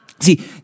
See